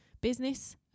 business